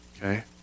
Okay